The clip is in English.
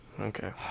okay